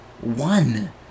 One